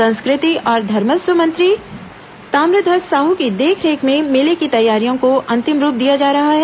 संस्कृति और धर्मस्व मंत्री ताम्रध्वज साहू की देखरेख में मेले की तैयारियों को अंतिम रूप दिया जा रहा है